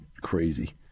crazy